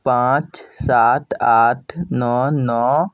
पाँच सात आठ नओ नओ